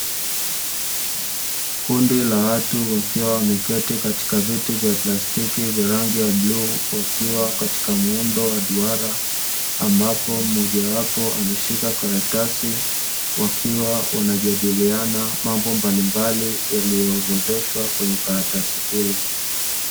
Kundi la watu wakiwa wameketi katika viti vya plastiki vya rangi ya bluu wakiwa katika muundo wa duara, ambapo mmoja wapo akiwa ameshika karatasi wakiwa wanajadiliana mambo mbalimbali yaliyoorodheshwa katika karatasi hiyo.